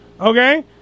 okay